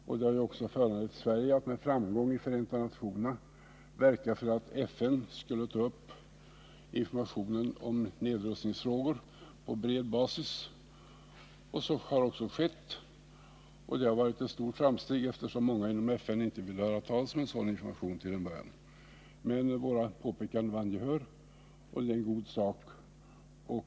Sverige har också med framgång i Förenta nationerna verkat för att FN skulle ta upp informationen om nedrustningsfrågor på bred basis. Så har också skett. Det har varit ett stort framsteg, eftersom många inom FN från början inte ville höra talas om en sådan information. Men våra påpekanden vann gehör, och det är en god sak.